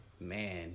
man